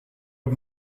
het